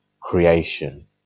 creation